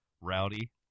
Rowdy